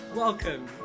Welcome